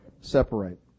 separate